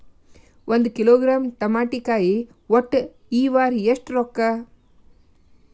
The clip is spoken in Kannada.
ಒಂದ್ ಕಿಲೋಗ್ರಾಂ ತಮಾಟಿಕಾಯಿ ಒಟ್ಟ ಈ ವಾರ ಎಷ್ಟ ರೊಕ್ಕಾ?